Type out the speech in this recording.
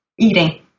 eating